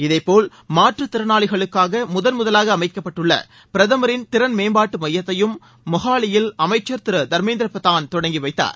இதேபோல் மாற்றுத் திறனாளிகளுக்காக முதல்முதலாக அமைக்கப்பட்டுள்ள பிரதமின் திறன் மேம்பாட்டு மையத்தையும் மொஹாலியில் அமைச்சர் திரு தர்மேந்திர பிரதான் தொடங்கி வைத்தார்